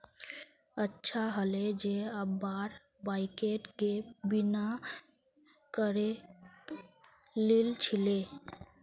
अच्छा हले जे अब्बार बाइकेर गैप बीमा करे लिल छिले